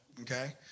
okay